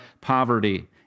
poverty